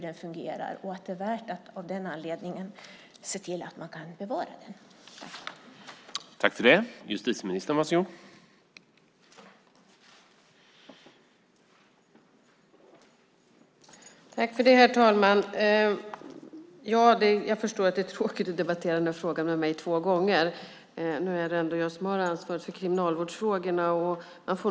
Det är värt att av den anledningen se till att bevara anstalten.